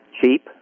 cheap